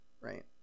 right